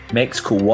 Mexico